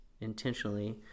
intentionally